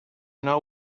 know